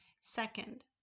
Second